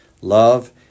love